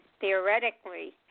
Theoretically